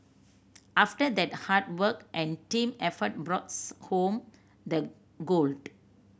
after that hard work and team effort brought home the gold